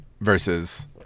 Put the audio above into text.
versus